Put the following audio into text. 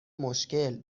مشکل